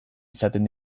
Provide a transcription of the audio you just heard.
izaten